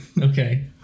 Okay